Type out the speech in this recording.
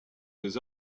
des